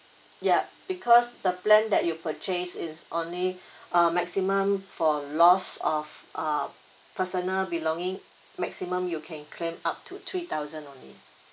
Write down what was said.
yup because the plan that you purchased is only uh maximum for loss of uh personal belonging maximum you can claim up to three thousand only